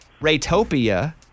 Raytopia